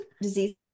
disease